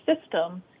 system